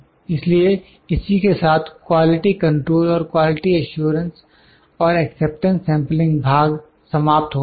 इसलिए इसी के साथ क्वालिटी कंट्रोल और क्वालिटी एश्योरेंस और एक्सेप्टेंस सेंपलिंग भाग समाप्त होता है